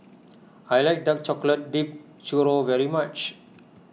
I like Dark Chocolate Dipped Churro very much